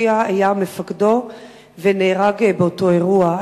אחיה היה מפקדו ונהרג באותו אירוע.